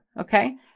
Okay